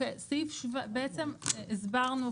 בעצם הסברנו,